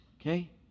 Okay